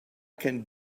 can